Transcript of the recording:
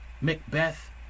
Macbeth